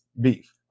beef